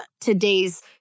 today's